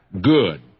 good